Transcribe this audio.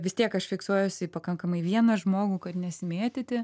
vis tiek aš fiksuojuosi į pakankamai vieną žmogų kad nesimėtyti